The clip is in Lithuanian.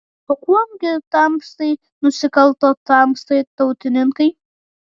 o kuom gi tamstai nusikalto tamstai tautininkai